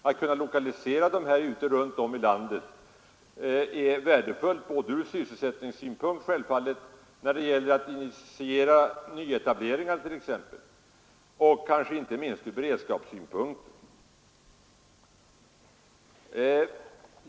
Att kunna lokalisera dessa anläggningar runt om i landet är värdefullt från sysselsättningssynpunkt, när det gäller att initiera nyetableringar och inte minst från beredskapssynpunkt.